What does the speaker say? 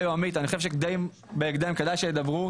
או עמית אני חושב שבהקדם כדאי שידברו,